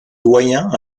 doyen